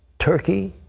turkey,